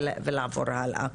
ולעבור הלאה.